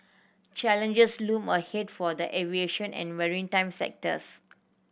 challenges loom ahead for the aviation and maritime sectors